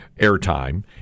airtime